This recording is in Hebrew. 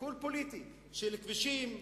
שיקול פוליטי של כבישים בשטחים,